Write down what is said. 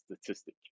statistic